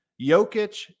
Jokic